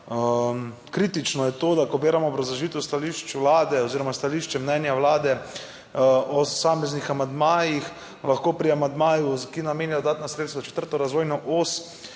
kritično, je to, da ko berem obrazložitev stališč Vlade oziroma stališče mnenja Vlade o posameznih amandmajih, lahko pri amandmaju, ki namenja dodatna sredstva četrto razvojno os,